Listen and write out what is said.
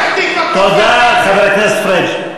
פתח-תקווה כמו, תודה, חבר הכנסת פריג'.